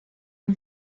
nur